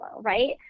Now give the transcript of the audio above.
right